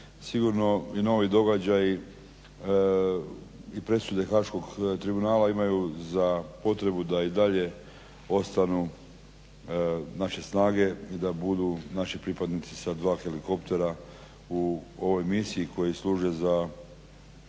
sigurno i novi događaji i presude haškog tribunala imaju za potrebu da i dalje ostanu naše snage i da budu naši pripadnici sa dva helikoptera u ovoj misiji koju služe za